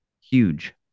huge